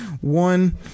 One